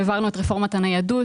בין היתר, העברנו את רפורמת הניידות.